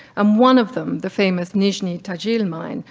um one of them, the famous nizhne-tagil and mine,